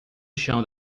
chão